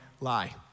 lie